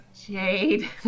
Jade